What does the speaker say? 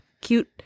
Cute